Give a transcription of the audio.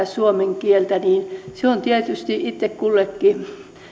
suomen kieltä ja se on tietysti itse kullekin